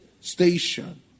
station